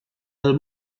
del